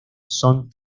son